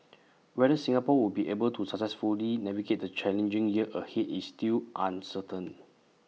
whether Singapore will be able to successfully navigate the challenging year ahead is still uncertain